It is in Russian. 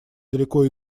далеко